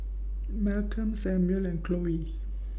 Malcolm Samuel and Khloe